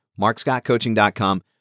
markscottcoaching.com